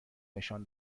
نشان